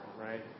right